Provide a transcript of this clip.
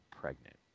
pregnant